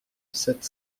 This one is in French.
sept